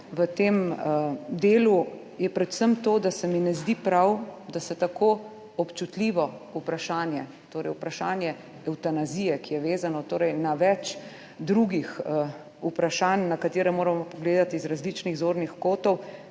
v tem delu je predvsem to, da se mi ne zdi prav, da se tako občutljivo vprašanje, torej vprašanje evtanazije, ki je vezano torej na več drugih vprašanj, na katere moramo pogledati z različnih zornih kotov